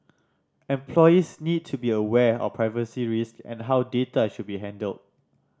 employees need to be aware of privacy risk and how data should be handled